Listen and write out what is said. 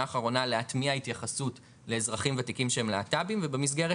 האחרונה להטמיע התייחסות לאזרחים וותיקים שהם להט"בים ובמסגרת